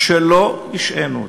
ולא השעינו אותו.